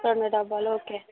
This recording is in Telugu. రెండు డబ్బాలు ఓకే